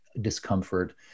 discomfort